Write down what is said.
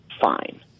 fine